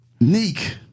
Neek